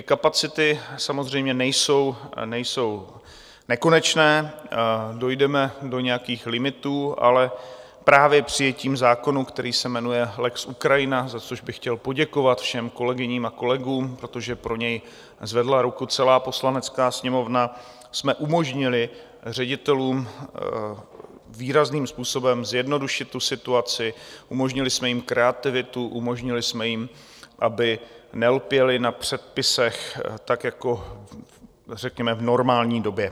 Kapacity samozřejmě nejsou nekonečné, dojdeme do nějakých limitů, ale právě přijetím zákona, který se jmenuje lex Ukrajina za což bych chtěl poděkovat všem kolegyním a kolegům, protože pro něj zvedla ruku celá Poslanecká sněmovna jsme umožnili ředitelům výrazným způsobem zjednodušit situaci, umožnili jsme jim kreativitu, umožnili jsme jim, aby nelpěli na předpisech jako v normální době.